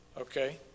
Okay